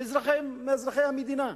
מאזרחי המדינה,